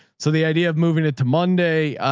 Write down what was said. so the idea of moving it to monday,